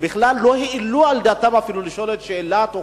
לא העלו על דעתם לשאול את השאלה בעניין